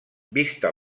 vista